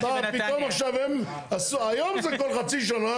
פתאום עכשיו הם, היום זה כל חצי שנה.